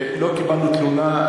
לא קיבלנו תלונה.